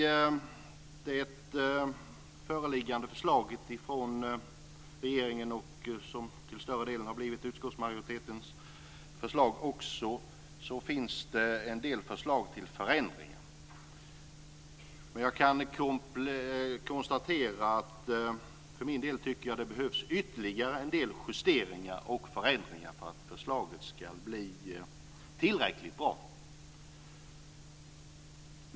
I det föreliggande förslaget från regeringen, vilket till större delen också har blivit utskottsmajoritetens förslag, finns en del förslag till förändringar. Jag kan för min del konstatera att det behövs en del ytterligare justeringar och förändringar för att förslaget ska bli tillräckligt bra.